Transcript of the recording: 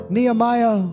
Nehemiah